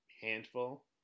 handful